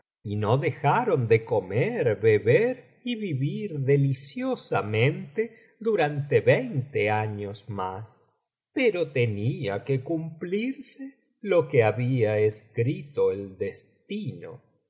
y no dejaron de comer beber y vivir deliciosamente durante veinte años más pero tenía que cumplirse lo que había escrito el destino